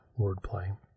wordplay